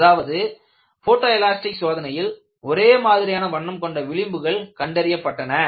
அதாவது photoelastic சோதனையில் ஒரே மாதிரியான வண்ணம் கொண்ட விளிம்புகள் கண்டறியப்பட்டன